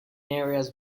areas